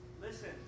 Listen